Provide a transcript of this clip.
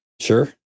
Sure